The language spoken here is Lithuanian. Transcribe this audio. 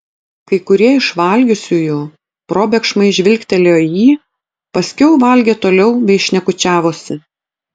kai kurie iš valgiusiųjų probėgšmais žvilgtelėjo į jį paskiau valgė toliau bei šnekučiavosi